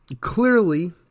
clearly